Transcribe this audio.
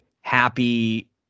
Happy